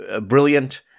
brilliant